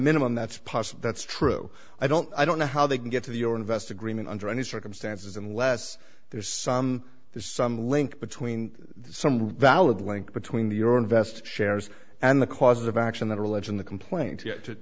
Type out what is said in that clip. minimum that's possible that's true i don't i don't know how they can get to the or invest agreement under any circumstances unless there's some there's some link between some valid link between the euro invest shares and the cause of action that are alleged in the complaint yet to